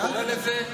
גם יהודה ושומרון.